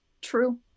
true